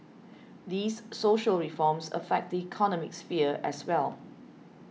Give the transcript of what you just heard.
these social reforms affect the economic sphere as well